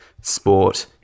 sport